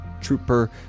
Trooper